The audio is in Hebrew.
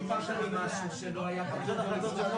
אני חושבת שיהיה